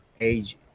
age